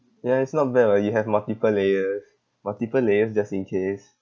ya it's not bad [what] you have multiple layers multiple layers just in case